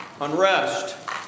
unrest